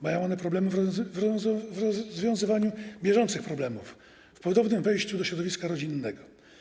Mają one problemy w rozwiązywaniu bieżących problemów, w ponownym wejściu do środowiska rodzinnego.